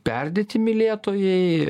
perdėti mylėtojai